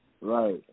Right